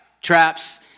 Traps